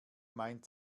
mein